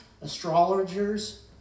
astrologers